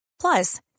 plus